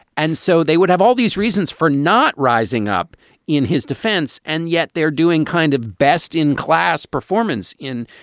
and so they would have all these reasons for not rising up in his defense. and yet they're doing kind of best in class performance in.